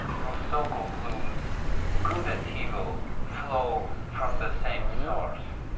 rousseau concludes good and evil flow from the same source.